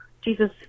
Jesus